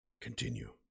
Continue